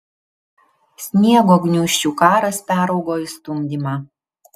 sniego gniūžčių karas peraugo į stumdymą